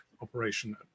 operation